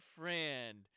friend